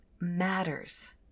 matters